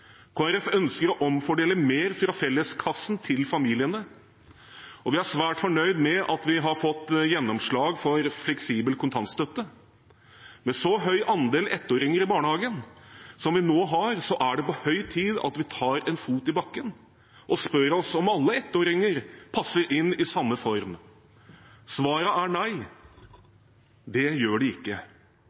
ønsker å omfordele mer fra felleskassen til familiene, og vi er svært fornøyd med at vi har fått gjennomslag for fleksibel kontantstøtte. Med en så høy andel ettåringer i barnehagen som vi nå har, er det på høy tid at vi setter en fot i bakken og spør oss om alle ettåringer passer inn i samme form. Svaret er nei, det gjør de ikke.